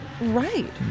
Right